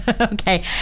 Okay